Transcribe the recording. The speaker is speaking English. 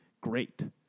great